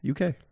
UK